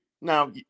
Now